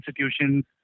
institutions